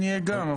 נהיה גם,